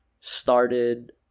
started